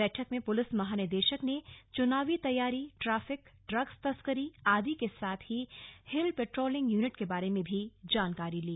बैठक में पुलिस महानिदेशक ने चुनावी तैयारी ट्रैफिक ड्रग्स तस्करी आदि के साथ ही हिल पैट्रोलिंग यूनिट के बारे में भी जानकारी ली